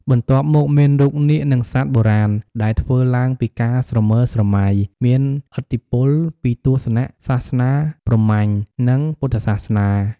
បន្ទាប់មកមានរូបនាគ និងសត្វបុរាណ ដែលធ្វើឡើងពីការស្រមើស្រមៃ មានឥទ្ធិពលពីទស្សនៈសាសនាព្រហ្មញ្ញ និងពុទ្ធសាសនា។